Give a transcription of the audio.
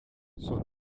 son